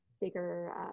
bigger